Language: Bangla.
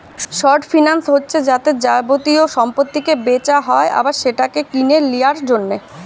শর্ট ফিন্যান্স হচ্ছে যাতে যাবতীয় সম্পত্তিকে বেচা হয় আবার সেটাকে কিনে লিয়ার জন্যে